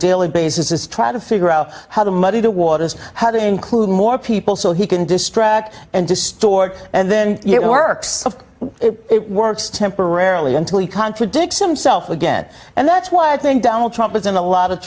daily basis is try to figure out how to muddy the waters how to include more people so he can distract and distort and then it works of it works temporarily until he contradicts himself again and that's why i think donald trump is in a lot of